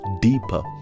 deeper